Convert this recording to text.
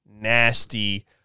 nasty